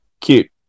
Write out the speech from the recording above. Cute